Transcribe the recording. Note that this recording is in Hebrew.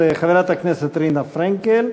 חברת הכנסת רינה פרנקל,